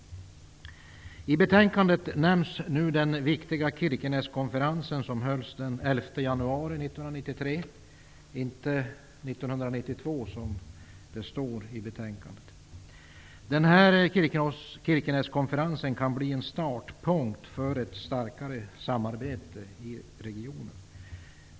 I betänkandet nämns den viktiga 1993, inte 1992 som det står i betänkandet. Kirkeneskonferensen kan bli en startpunkt för ett starkare samarbete i regionen.